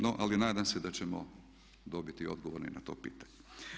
No, ali nadam se da ćemo dobiti odgovore i na to pitanje.